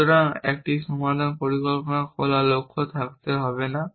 সুতরাং একটি সমাধান পরিকল্পনা খোলা লক্ষ্য থাকতে হবে না